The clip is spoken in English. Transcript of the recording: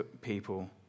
people